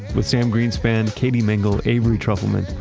with sam greenspan, katie mingle, avery trufelman,